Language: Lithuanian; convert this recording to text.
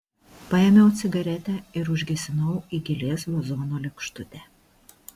paėmiau cigaretę ir užgesinau į gėlės vazono lėkštutę